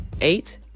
Eight